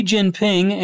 Jinping